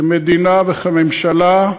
כמדינה וכממשלה,